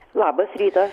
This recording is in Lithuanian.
labas rytas